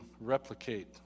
replicate